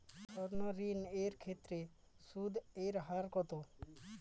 সর্ণ ঋণ এর ক্ষেত্রে সুদ এর হার কত?